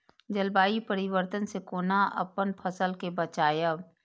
जलवायु परिवर्तन से कोना अपन फसल कै बचायब?